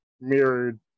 mirrored